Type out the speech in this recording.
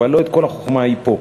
אבל לא כל החוכמה היא פה.